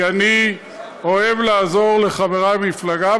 כי אני אוהב לעזור לחבריי במפלגה,